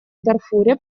дарфуре